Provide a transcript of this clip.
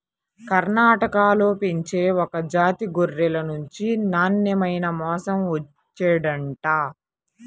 కర్ణాటకలో పెంచే ఒక జాతి గొర్రెల నుంచి నాన్నెమైన మాంసం వచ్చిండంట